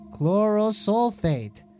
chlorosulfate